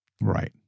Right